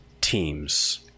teams